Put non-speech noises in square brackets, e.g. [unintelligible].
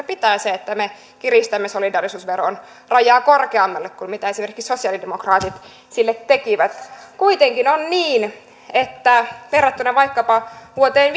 [unintelligible] pitää se että me kiristämme solidaarisuusveron rajaa enemmän kuin mitä esimerkiksi sosialidemokraatit sille tekivät kuitenkin on niin että verrattuna vaikkapa vuoteen [unintelligible]